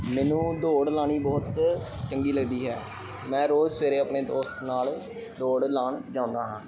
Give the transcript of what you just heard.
ਮੈਨੂੰ ਦੌੜ ਲਾਉਣੀ ਬਹੁਤ ਚੰਗੀ ਲੱਗਦੀ ਹੈ ਮੈਂ ਰੋਜ਼ ਸਵੇਰੇ ਆਪਣੇ ਦੋਸਤ ਨਾਲ ਦੌੜ ਲਾਉਣ ਜਾਂਦਾ ਹਾਂ